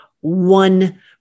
one